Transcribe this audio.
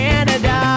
Canada